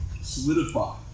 solidify